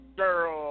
girl